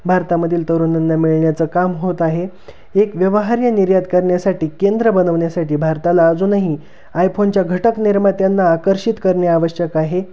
भारतामधील तरुणांना मिळण्याचं काम होत आहे एक व्यवहार्य निर्यात करण्यासाठी केंद्र बनवण्या्साठी भारताला अजूनही आयफोनच्या घटक निर्मात्यांना आकर्षित करणे आवश्यक आहे